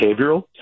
behavioral